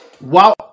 Wow